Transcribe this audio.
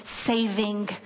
saving